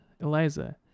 Eliza